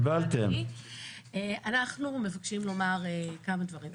אנחנו מבקשים לומר כמה דברים.